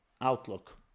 outlook